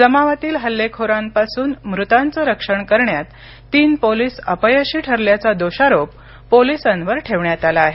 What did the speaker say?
जमावातील हल्लेखोरांपासून मृतांचं रक्षण करण्यात तीन पोलिस अपयशी ठरल्याचा दोषारोप तीन पोलिसांवर ठेवण्यात आला आहे